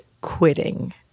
quitting